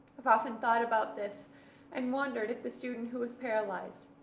i've often thought about this and wondered if the student who was paralyzed,